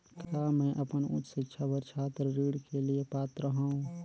का मैं अपन उच्च शिक्षा बर छात्र ऋण के लिए पात्र हंव?